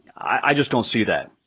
i just don't see that.